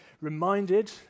reminded